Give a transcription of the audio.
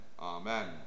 Amen